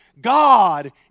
God